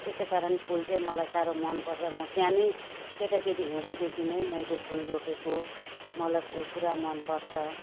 त्यसै कारण फुल चाहिँ मलाई साह्रो मनपर्छ म सानै केटाकेटी हुँदादेखिनै मैले फुल रोपेको मलाई फुल पुरा मनपर्छ